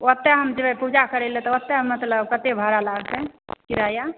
ओतय हम जेबै पूजा करै लए तऽ ओतय मतलब कतय भाड़ा लागतै किराया